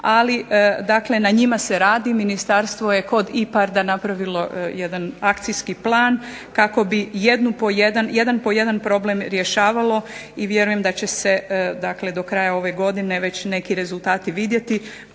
dakle na njima se radi Ministarstvo je kod IPARD-a napravilo jedan akcijski plan kako bi jedan po jedan problem rješavalo i vjerujem da će se do kraja ove godine neki rezultati vidjeti,